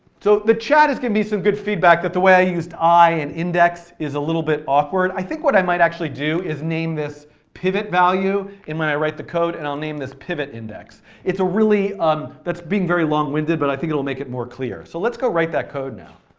so the chat is giving me some good feedback. that the way i used i and index is a little bit awkward. i think what i might actually do is name this pivotvalue, and when i write the code and i'll name this pivotindex. ah um that's being very long winded but i think it'll make it more clear, so let's go write that code now.